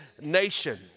nation